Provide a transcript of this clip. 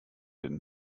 den